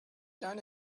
done